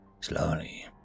slowly